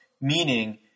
meaning